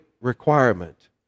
requirement